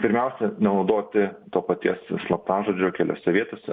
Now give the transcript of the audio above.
pirmiausia nenaudoti to paties slaptažodžio keliose vietose